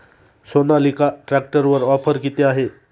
सोनालिका ट्रॅक्टरवर ऑफर किती आहे?